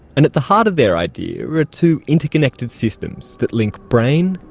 and at the heart of their idea are two interconnected systems that link brain,